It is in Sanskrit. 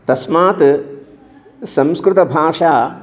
तस्मात् संस्कृतभाषा